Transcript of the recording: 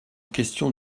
questions